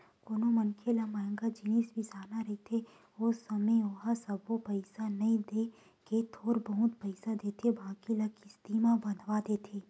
कोनो मनखे ल मंहगा जिनिस बिसाना रहिथे ओ समे ओहा सबो पइसा नइ देय के थोर बहुत पइसा देथे बाकी ल किस्ती म बंधवा देथे